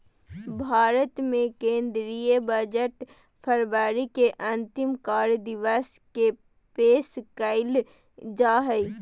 भारत के केंद्रीय बजट फरवरी के अंतिम कार्य दिवस के पेश कइल जा हइ